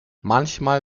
manchmal